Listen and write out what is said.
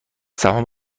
سهام